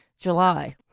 July